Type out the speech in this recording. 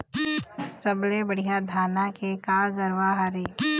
सबले बढ़िया धाना के का गरवा हर ये?